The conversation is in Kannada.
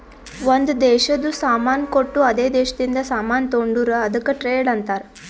ಒಂದ್ ದೇಶದು ಸಾಮಾನ್ ಕೊಟ್ಟು ಅದೇ ದೇಶದಿಂದ ಸಾಮಾನ್ ತೊಂಡುರ್ ಅದುಕ್ಕ ಟ್ರೇಡ್ ಅಂತಾರ್